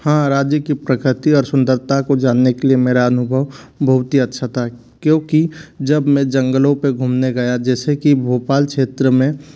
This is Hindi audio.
हाँ राज्य की प्रकति और सुंदरता को जानने के लिए मेरा अनुभव बहुत ही अच्छा था क्योंकि जब मैं जंगलों पे घूमने गया जैसे कि भोपाल क्षेत्र में